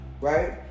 right